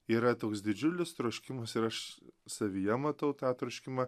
yra toks didžiulis troškimas ir aš savyje matau tą troškimą